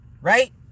right